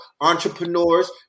entrepreneurs